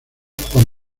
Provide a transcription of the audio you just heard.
juan